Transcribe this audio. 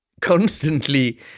constantly